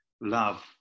love